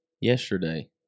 Yesterday